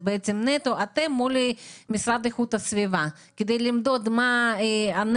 זה בעצם נטו אתם מול המשרד לאיכות הסביבה כדי למדוד מה הנזק,